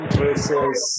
versus